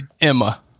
Emma